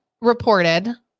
reported